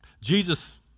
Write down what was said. Jesus